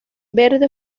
verde